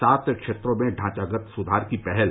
सात क्षेत्रों में ढांचागत सुधार की पहल